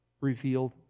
revealed